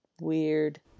weird